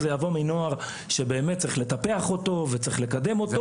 זה יבוא מנוער שצריך לטפח אותו וצריך לקדם אותו,